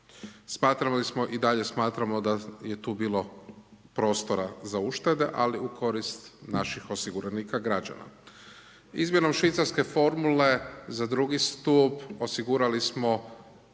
Smatrali smo i dalje smatramo da je tu bilo prostora za uštede ali u korist naših osiguranika, građana. Izmjenom švicarske formule za drugi stup osigurali smo